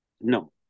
No